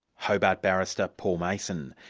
hobart barrister, paul mason.